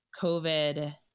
COVID